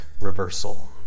Reversal